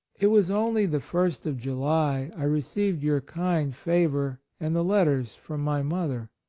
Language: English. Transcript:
it was only the first of july i received your kind favor and the letters from my mother.